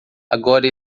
agora